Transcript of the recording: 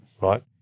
right